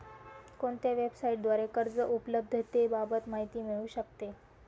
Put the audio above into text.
कोणत्या वेबसाईटद्वारे कर्ज उपलब्धतेबाबत माहिती मिळू शकते?